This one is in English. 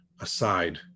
aside